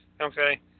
Okay